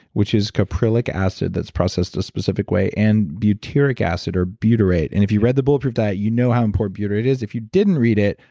which is caprylic acid that's processed a specific way and butyric acid or butyrate. and if you read the bulletproof diet, you know how important butyrate is. if you didn't read it,